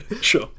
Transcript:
Sure